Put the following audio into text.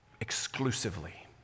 exclusively